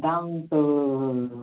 ହଁ ତୁ